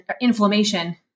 inflammation